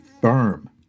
firm